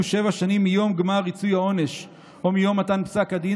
שבע שנים מיום גמר ריצוי העונש או מיום מתן פסק הדין,